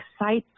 excites